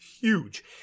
huge